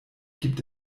gibt